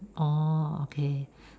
orh okay